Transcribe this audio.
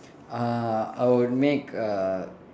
uh I would make a